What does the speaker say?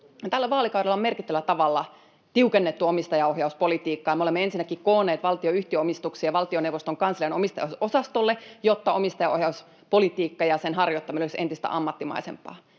Tällä vaalikaudella on merkittävällä tavalla tiukennettu omistajaohjauspolitiikkaa. Me olemme ensinnäkin koonneet valtionyhtiöomistuksia valtioneuvoston kanslian omistajaohjausosastolle, jotta omistajaohjauspolitiikka ja sen harjoittaminen olisivat entistä ammattimaisempaa.